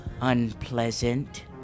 unpleasant